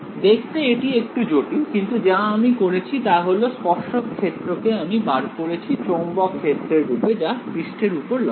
দেখতে এটি একটু জটিল কিন্তু যা আমি করেছি তা হল স্পর্শক ক্ষেত্র কে আমি বার করেছি চৌম্বক ক্ষেত্রের রূপে যা পৃষ্ঠের উপর লম্ব